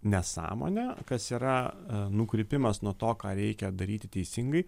nesąmonė kas yra nukrypimas nuo to ką reikia daryti teisingai